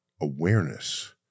awareness